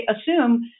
assume